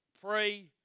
pray